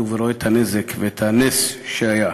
ורואה את הנזק ואת הנס שהיה.